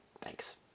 Thanks